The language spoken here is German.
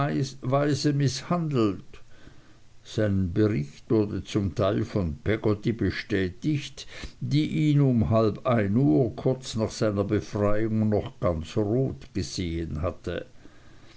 weise mißhandelt sein bericht wurde zum teil von peggotty bestätigt die ihn um halb ein uhr kurz nach seiner befreiung noch ganz rot gesehen hatte